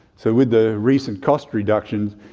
so with the recent cost reduction,